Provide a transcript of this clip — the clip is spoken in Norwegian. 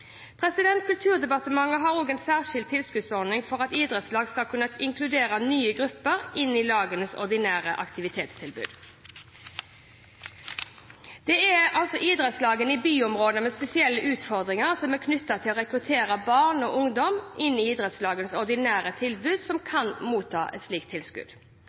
Kulturdepartementet har en særskilt tilskuddsordning for at idrettslag skal kunne inkludere nye grupper inn i lagenes ordinære aktivitetstilbud. Det er altså idrettslag i byområder med spesielle utfordringer knyttet til å rekruttere barn og ungdom inn i idrettslagenes ordinære tilbud som kan motta et slikt tilskudd.